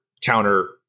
counter